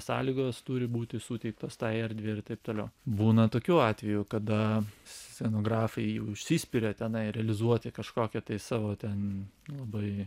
sąlygos turi būti suteiktos tai erdvei ir taip toliau būna tokių atvejų kada scenografai užsispiria tenai realizuoti kažkokią tai savo ten labai